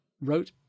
wrote